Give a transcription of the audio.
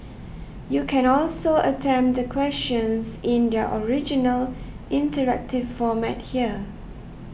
you can also attempt the questions in their original interactive format here